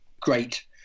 great